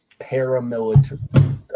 paramilitary